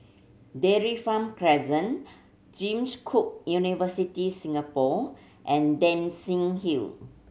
Dairy Farm Crescent James Cook University Singapore and Dempsey Hill